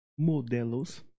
Modelo's